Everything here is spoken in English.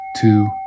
two